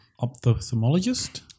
ophthalmologist